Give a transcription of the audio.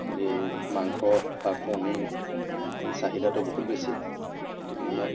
আজি মাংস বা কণী চাহিদাটো বহুত বেছি গতিকে ইয়াক